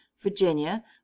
virginia